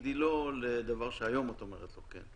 תגידי לא לדבר שהיום את אומרת לו כן?